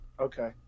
Okay